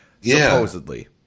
supposedly